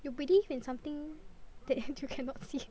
you believe in something that you cannot see